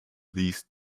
these